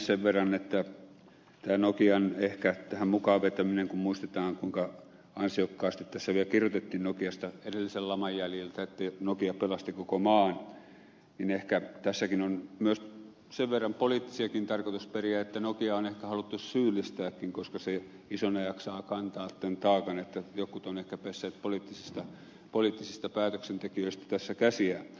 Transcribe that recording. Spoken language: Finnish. sen verran tämän nokian ehkä tähän mukaan vetämisestä kun muistetaan kuinka ansiokkaasti tässä vielä kirjoitettiin nokiasta edellisen laman jäljiltä että nokia pelasti koko maan niin ehkä tässäkin on myös sen verran poliittisiakin tarkoitusperiä että nokiaa on ehkä haluttu syyllistääkin koska se isona jaksaa kantaa tämän taakan että jotkut poliittisista päätöksentekijöistä ovat ehkä pesseet tässä käsiään